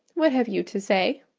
what have you to say?